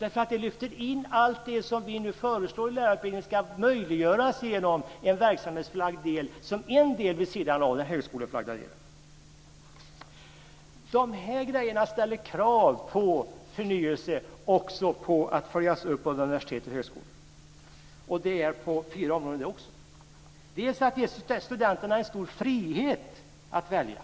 Det lyfter in allt det som vi nu föreslår ska möjliggöras i lärarutbildningen genom en verksamhetsförlagd del vid sidan av den högskoleförlagda delen. De här grejerna ställer krav på förnyelse samt på att följas upp av universitet och högskolor. Också här handlar det om fyra områden. För det första måste studenterna ges en stor frihet att välja.